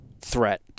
threat